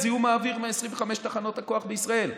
את זיהום האוויר מ-25 תחנות הכוח בישראל.